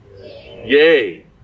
Yay